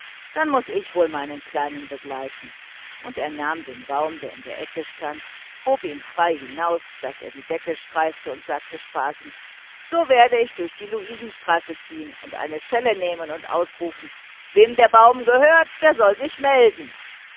dann muß wohl ich meinen kleinen begleiten und er nahm den baum der in der ecke stand hob ihn frei hinaus daß er die decke streifte und sagte spassend so werde ich durch die luisenstraße ziehen eine schelle nehmen und ausrufen wem der baum gehört der soll sich melden